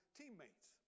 teammates